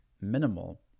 minimal